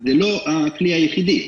זה לא הכלי היחידי.